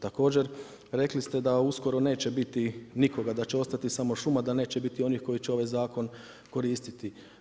Također, rekli ste da uskoro neće biti nikoga, da će ostati samo šuma, da neće biti onih koji će ovaj zakon koristiti.